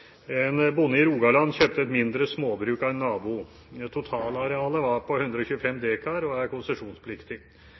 bonde i Rogaland kjøpte et mindre småbruk av en nabo. Totalarealet var på 125 dekar og er konsesjonspliktig.